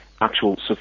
actual